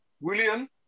William